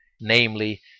namely